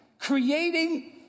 creating